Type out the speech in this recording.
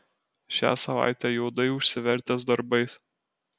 šią savaitę juodai užsivertęs darbais